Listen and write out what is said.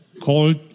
called